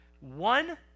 one